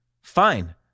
Fine